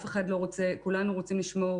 כולנו רוצים לשמור